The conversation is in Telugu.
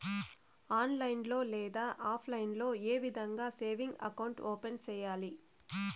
ఆన్లైన్ లో లేదా ఆప్లైన్ లో ఏ విధంగా సేవింగ్ అకౌంట్ ఓపెన్ సేయాలి